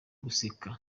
guseka